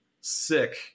sick